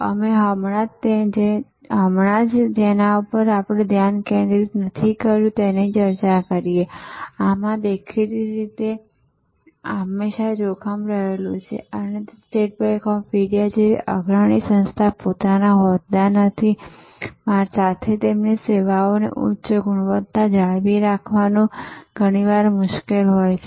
અમે હમણાં જ જેના પર આપણે ધ્યાન કેન્દ્રિત નથી કર્યું તેની ચર્ચા કરી છે અને આમાં દેખીતી રીતે હંમેશા જોખમ રહેલું હોય છે અને સ્ટેટ બેંક ઓફ ઈન્ડિયા જેવી અગ્રણી સંસ્થા માટે પોતાના હોદ્દા નથી સાથે તેમની સેવાની ઉચ્ચ ગુણવત્તા જાળવી રાખવાનું ઘણીવાર મુશ્કેલ હોય છે